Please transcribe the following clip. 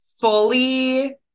fully